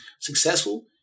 successful